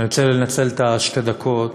אני רוצה לנצל את שתי הדקות